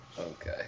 Okay